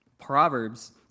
Proverbs